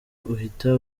uhita